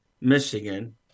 Michigan